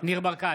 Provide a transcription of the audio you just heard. ניר ברקת,